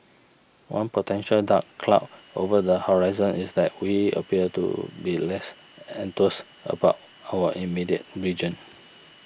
one potential dark cloud over the horizon is that we appear to be less enthused about our immediate region